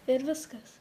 ir viskas